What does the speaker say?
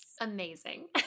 Amazing